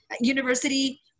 University